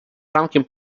rankiem